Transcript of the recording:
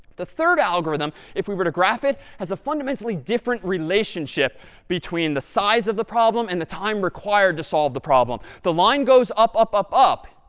the third algorithm, if we were to graph it, has a fundamentally different relationship between the size of the problem and the time required to solve the problem. the line goes up, up, up, up,